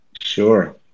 Sure